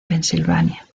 pensilvania